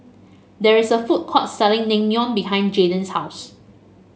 there is a food court selling Naengmyeon behind Jaden's house